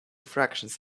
fractions